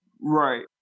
Right